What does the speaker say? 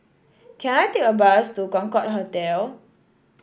can I take a bus to Concorde Hotel